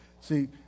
See